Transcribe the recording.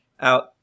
out